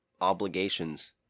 obligations